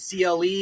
CLE